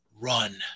Run